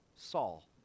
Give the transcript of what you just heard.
Saul